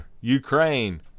ukraine